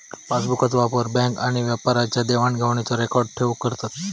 पासबुकचो वापर बॅन्क आणि व्यापाऱ्यांच्या देवाण घेवाणीचो रेकॉर्ड ठेऊक करतत